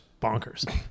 bonkers